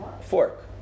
Fork